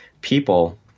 people